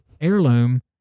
heirloom